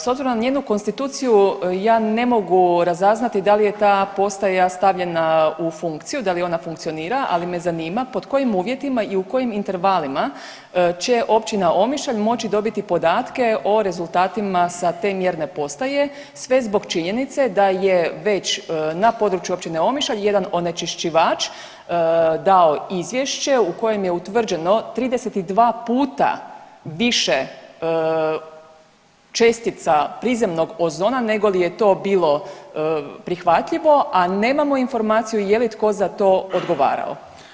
S obzirom na njenu konstituciju ja ne mogu razaznati da li je ta postaja stavljena u funkciju, da li ona funkcionira ali me zanima pod kojim uvjetima i u kojim intervalima će općina Omišalj moći dobiti podatke o rezultatima sa te mjerne postaje sve zbog činjenice da je već na području općine Omišalj jedan onečišćivač dao izvješće u kojem je utvrđeno 32 puta više čestica prizemnog ozona negoli je to bilo prihvatljivo, a nemamo informaciju je li tko za to odgovarao.